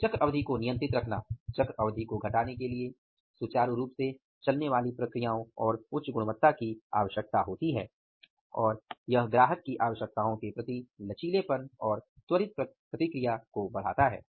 फिर चक्र अवधि को नियंत्रित रखना चक्र अवधि को घटाने के लिए सुचारू रूप से चलने वाली प्रक्रियाओं और उच्च गुणवत्ता की आवश्यकता होती है और यह ग्राहक की आवश्यकताओं के प्रति लचीलेपन और त्वरित प्रतिक्रिया को बढाता है